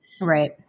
right